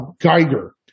Geiger